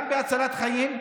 גם בהצלת חיים,